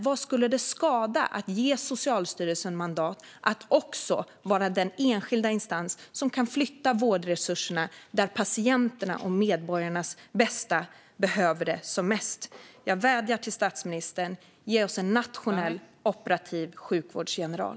Vad skulle det skada att ge Socialstyrelsen mandat att också vara den enskilda instans som kan flytta vårdresurserna dit där patienterna och medborgarna bäst behöver dem? Jag vädjar till statsministern: Ge oss en nationell operativ sjukvårdsgeneral.